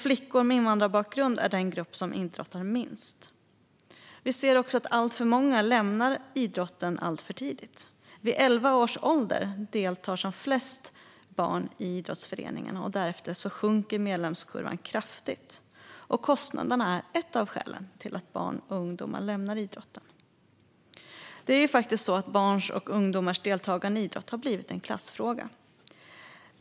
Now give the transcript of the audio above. Flickor med invandrarbakgrund är den grupp som idrottar minst. Vi ser också att alltför många lämnar idrotten alldeles för tidigt. Vid elva års ålder är det flest barn som deltar i idrottsföreningar, och därefter sjunker medlemskurvan kraftigt. Kostnaderna är ett av skälen till att barn och ungdomar lämnar idrotten. Barns och ungdomars deltagande i idrott har blivit en klassfråga.